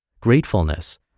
gratefulness